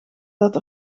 dat